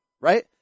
right